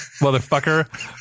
Motherfucker